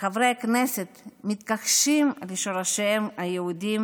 שחברי הכנסת מתכחשים לשורשיהן היהודיים